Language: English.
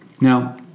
Now